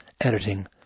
editing